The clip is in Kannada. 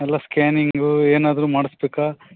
ಎಲ್ಲ ಸ್ಕ್ಯಾನಿಂಗು ಏನಾದರು ಮಾಡಿಸ್ಬೇಕ